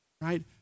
right